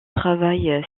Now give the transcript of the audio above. travail